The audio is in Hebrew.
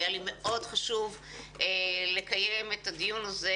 היה לי מאוד חשוב לקיים את הדיון הזה.